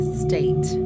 state